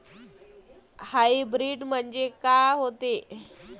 Hybrid म्हनजे का होते?